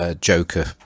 Joker